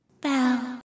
Bell